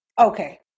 Okay